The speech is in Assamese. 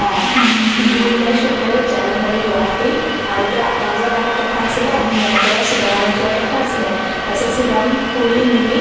অঁ গ্ৰীণলেছ হোটেল জালুকবাৰী গুৱাহাটী আৰু তেওঁ আঠটা বজাত অহাৰ কথা আছিলে আমি ইয়াৰ পৰা শ্বিলঙলৈ যোৱাৰ কথা আছিলে তাৰপিছত শ্বিলং ফুৰি মেলি